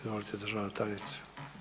Izvolite državna tajnice.